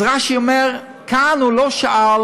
אז רש"י אומר: כאן הוא לא שאל